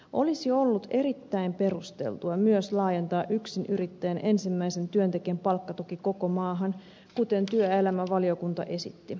olisi ollut erittäin perusteltua myös laajentaa yksinyrittäjän ensimmäisen työntekijän palkkatuki koko maahan kuten työelämävaliokunta esitti